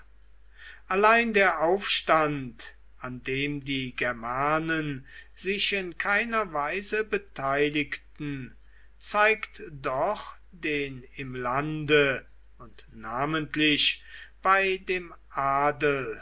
allein der aufstand an dem die germanen sich in keiner weise beteiligten zeigt doch den im lande und namentlich bei dem adel